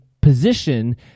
position